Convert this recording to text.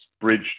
bridge